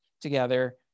together